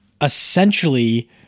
essentially